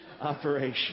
operation